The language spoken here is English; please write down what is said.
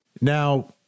Now